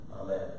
Amen